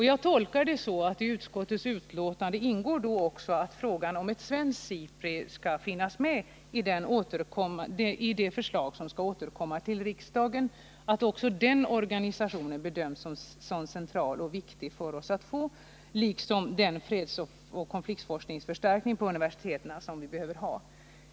Jag tolkar detta så att det i utskottets uttalande i betänkandet också ingår att frågan om ett svenskt SIPRI skall finnas med i det förslag som kommer att föreläggas riksdagen, dvs. att det bedöms som viktigt och centralt att vi får en sådan organisation liksom att vi får en förstärkt fredsoch konfliktforskning på universiteten.